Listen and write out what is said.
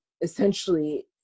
essentially